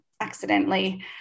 accidentally